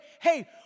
hey